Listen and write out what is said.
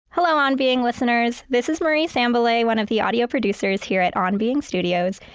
hello, on being listeners! this is marie sambilay, one of the audio producers here at on being studios,